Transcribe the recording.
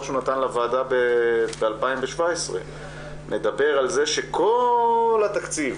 שהוא נתן לוועדה ב-2017 מדבר על זה שכל התקציב